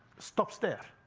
stops there.